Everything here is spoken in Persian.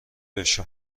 بشو